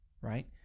right